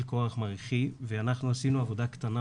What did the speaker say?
כוח מעריכי ואנחנו עשינו עבודה קטנה,